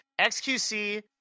XQC